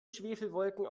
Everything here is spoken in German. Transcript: schwefelwolken